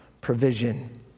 provision